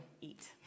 eat